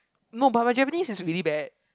no but my Japanese is really bad